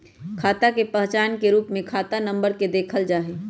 खाता के पहचान के रूप में खाता नम्बर के देखल जा हई